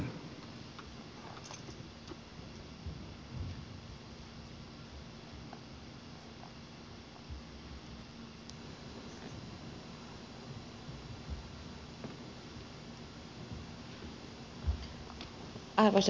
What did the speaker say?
arvoisa puhemies